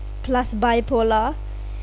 plus bipolar